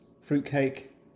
fruitcake